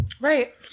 right